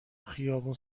خیابون